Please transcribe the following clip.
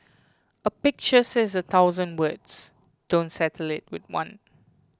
a pictures says a thousand words don't settle with one